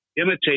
imitate